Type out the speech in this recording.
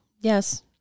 Yes